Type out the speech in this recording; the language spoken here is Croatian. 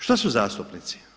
Što su zastupnici?